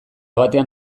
batean